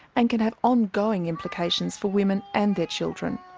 and can have ongoing implications for women and their children.